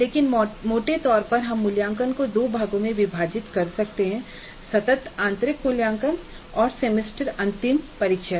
लेकिन मोटे तौर पर हम मूल्यांकन को दो भागों में विभाजित कर सकते हैं सतत आंतरिक मूल्यांकन और सेमेस्टर अंतिम परीक्षा